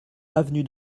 avenue